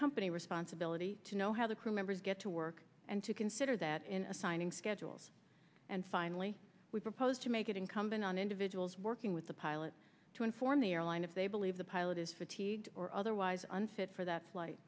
company responsibility to know how the crew members get to work and to consider that in assigning schedules and finally we propose to make it incumbent on individuals working with the pilot to inform the airline if they believe the pilot is fatigued or otherwise unfit for that flight